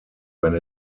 when